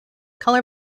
color